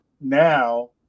now